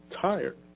tired